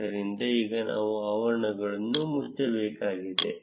ಆದ್ದರಿಂದ ಈಗ ನಾವು ಆವರಣಗಳನ್ನು ಮುಚ್ಚಬೇಕಾಗಿದೆ